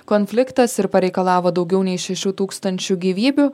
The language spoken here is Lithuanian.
konfliktas ir pareikalavo daugiau nei šešių tūkstančių gyvybių